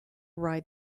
ride